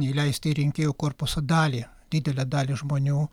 įleisti į rinkėjų korpusą dalį didelę dalį žmonių